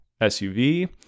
SUV